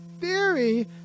theory